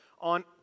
on